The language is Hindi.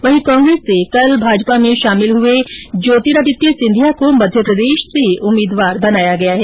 वहीं कांग्रेस से कल भाजपा में शामिल हए ज्योतिरादित्य सिंधिया को मध्यप्रदेश से उम्मीदवार बनाया गया है